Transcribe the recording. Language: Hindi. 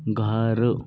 घर